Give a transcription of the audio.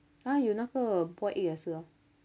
!huh! 有那个 boiled egg 也是啊